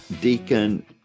deacon